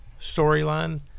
storyline